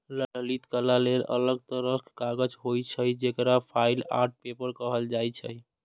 ललित कला लेल अलग तरहक कागज होइ छै, जेकरा फाइन आर्ट पेपर कहल जाइ छै